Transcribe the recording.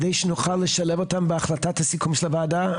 כדי שנוכל לשלב אותם בהחלטת הסיכום של הוועדה.